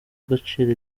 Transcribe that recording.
agaciro